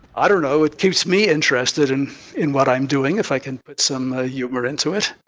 i don't know. it keeps me interested in and what i'm doing, if i can put some humor into it.